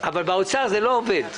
אבל במשרד האוצר זה לא עובד.